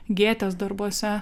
gėtės darbuose